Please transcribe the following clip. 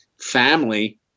family